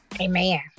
Amen